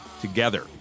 Together